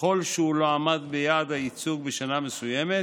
וככל שהוא לא עמד ביעד הייצוג בשנה מסוימת,